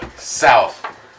South